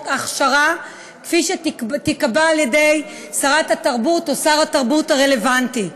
יעברו הכשרה כפי שתקבע שרת התרבות או שר התרבות הרלוונטי.